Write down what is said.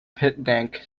picnic